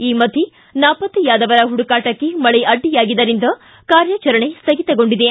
ಈ ಮಧ್ಯೆ ನಾಪತ್ತೆಯಾದವರ ಪುಡುಕಾಟಕ್ಕೆ ಮಳೆ ಅಡ್ಡಿಯಾಗಿದ್ದರಿಂದ ಕಾರ್ಯಾಚರಣೆ ಸ್ಥಗಿತಗೊಂಡಿದೆ